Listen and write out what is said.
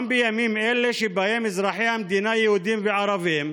גם בימים אלה, שבהם אזרחי המדינה, יהודים וערבים,